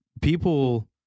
people